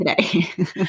Today